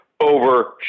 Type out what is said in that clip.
over